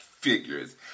figures